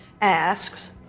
asks